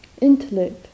Intellect